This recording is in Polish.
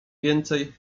więcej